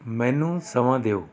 ਮੈਨੂੰ ਸਮਾਂ ਦਿਓ